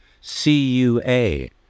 C-U-A